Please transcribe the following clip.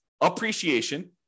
appreciation